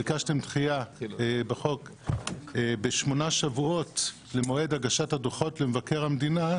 ביקשתם דחייה בחוק ב-8 שבועות למועד הגשת הדוחות למבקר המדינה.